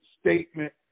statement